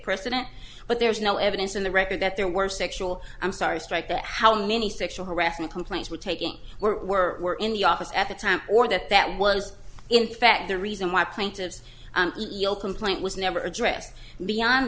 precedent but there is no evidence in the record that there were sexual i'm sorry strike that how many sexual harassment complaints were taking were were in the office at the time or that that was in fact the reason why plaintiff's complaint was never addressed beyond